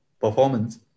performance